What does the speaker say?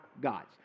God's